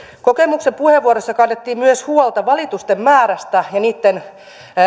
kokoomuksen puheenvuorossa kannettiin myös huolta valitusten määrästä ja niitten